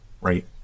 right